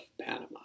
Panama